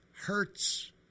hurts